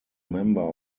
member